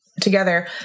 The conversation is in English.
together